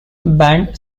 banned